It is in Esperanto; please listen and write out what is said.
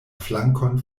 flankon